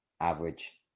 average